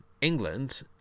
England